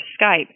Skype